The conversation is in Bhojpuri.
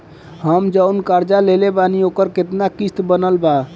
हम जऊन कर्जा लेले बानी ओकर केतना किश्त बनल बा?